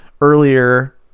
earlier